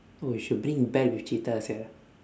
we should bring bat with cheetah sia